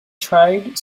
tried